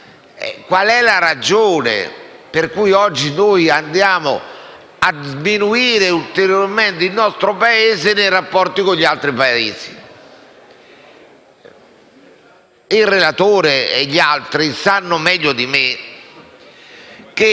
quale sia la ragione per cui oggi andiamo a sminuire ulteriormente il nostro Paese nei rapporti con gli altri Paesi. Il relatore Casson e gli altri sanno meglio di me che